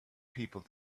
people